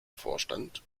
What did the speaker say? vorstand